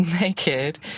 naked